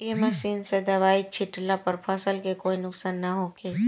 ए machine से दवाई छिटला पर फसल के कोई नुकसान ना होखे